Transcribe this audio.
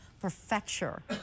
prefecture